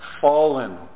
fallen